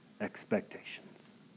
expectations